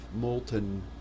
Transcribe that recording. molten